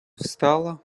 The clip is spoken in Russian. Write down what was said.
встала